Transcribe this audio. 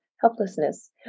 helplessness